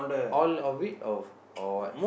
all of it of or what